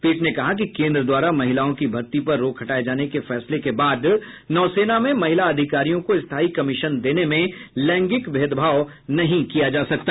पीठ ने कहा कि केन्द्र द्वारा महिलाओं की भर्ती पर रोक हटाये जाने के फैसले के बाद नौसेना में महिला अधिकारियों को स्थायी कमीशन देने में लैंगिक भेदभाव नहीं किया जा सकता